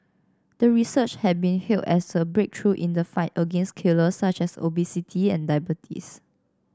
the research had been hailed as a breakthrough in the fight against killers such as obesity and diabetes